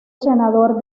senador